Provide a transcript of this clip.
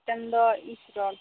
ᱢᱤᱫᱴᱟᱝ ᱫᱚ ᱤᱥᱨᱚᱲ